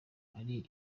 ari